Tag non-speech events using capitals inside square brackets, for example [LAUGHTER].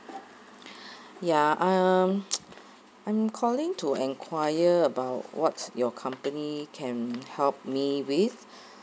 ya um [NOISE] I'm calling to enquire about what's your company can help me with